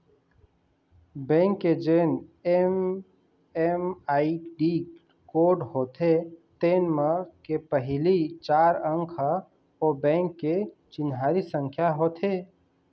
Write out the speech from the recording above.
bank के जेन MMID code होथे तेन म के पहिली चार अंक ह ओ बेंक के चिन्हारी संख्या होथे